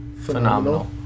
phenomenal